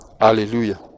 Hallelujah